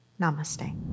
Namaste